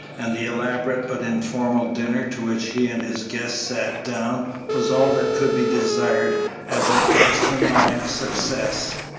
and the elaborate but informal dinner to which he and his guests sat down was all that could be desired as a gastronomic success.